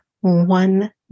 one